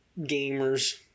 gamers